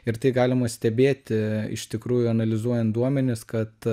ir tai galima stebėti iš tikrųjų analizuojant duomenis kad